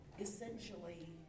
essentially